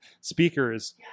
speakers